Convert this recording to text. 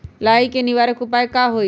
लाही के निवारक उपाय का होई?